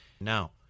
Now